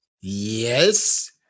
yes